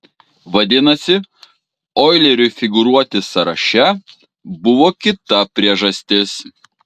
vadinasi oileriui figūruoti sąraše buvo kita priežastis